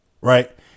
right